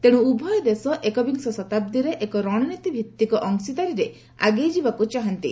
ତେଣୁ ଉଭୟ ଦେଶ ଏକବିଂଶ ଶତାବ୍ଦୀରେ ଏକ ରଣନୀତି ଭିତ୍ତିକ ଅଂଶୀଦାରୀରେ ଆଗେଇ ଯିବାକୁ ଚାହାନ୍ତି